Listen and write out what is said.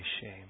shame